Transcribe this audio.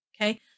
okay